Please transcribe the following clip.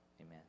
Amen